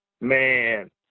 man